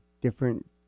different